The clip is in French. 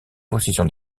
possession